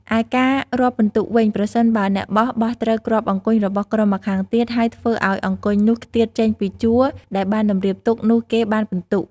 ឯការរាប់ពិន្ទុវិញ ប្រសិនបើអ្នកបោះ បោះត្រូវគ្រាប់អង្គញ់របស់ក្រុមម្ខាងទៀត ហើយធ្វើឱ្យអង្គញ់នោះខ្ទាតចេញពីជួរដែលបានតម្រៀបទុក នោះគេបានពិន្ទុ ។